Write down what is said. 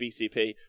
BCP